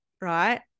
right